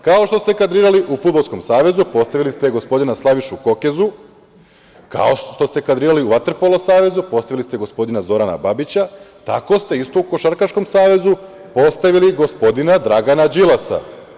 Kao što ste kadrirali u Fudbalskom savezu, postavili ste gospodina Slavišu Kokezu, kao što ste kadrirali u Vaterpolo savezu, postavili ste gospodina Zorana Babića, tako ste isto u Košarkaškom savezu postavili gospodina Dragana Đilasa.